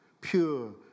pure